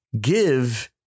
give